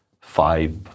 five